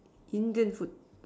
Indian food